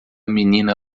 menina